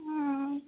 হুম